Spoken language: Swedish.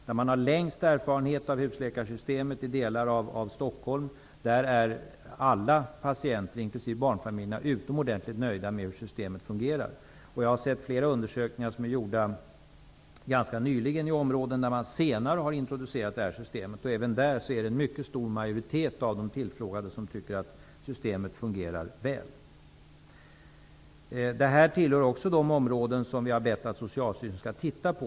Där man har den längsta erfarenheten av husläkarsystemet -- det gäller delar av Stockholm -- är alla patienter, inklusive barnfamiljerna, utomordentligt nöjda med hur systemet fungerar. Jag har sett flera undersökningar som ganska nyligen gjorts i områden där man senare har introducerat det här systemet. Även där är det en mycket stor majoritet av de tillfrågade som tycker att systemet fungerar väl. Det här tillhör också de områden som vi har bett Socialstyrelsen att titta på.